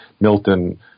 Milton